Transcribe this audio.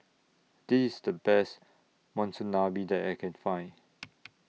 This IS The Best Monsunabe that I Can Find